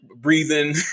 breathing